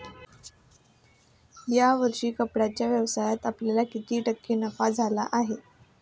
या वर्षी कपड्याच्या व्यवसायात आपल्याला किती टक्के नफा झाला आहे?